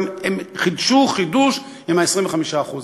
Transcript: והם גם חידשו חידוש עם ה-25% האלה.